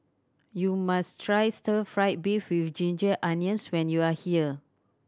you must try stir fried beef with ginger onions when you are here